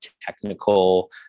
technical